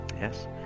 Yes